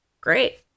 Great